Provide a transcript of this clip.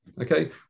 okay